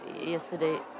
yesterday